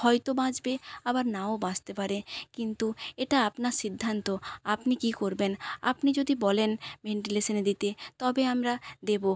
হয়তো বাঁচবে আবার নাও বাঁচতে পারে কিন্তু এটা আপনার সিদ্ধান্ত আপনি কী করবেন আপনি যদি বলেন ভেন্টিলেশানে দিতে তবে আমরা দেবো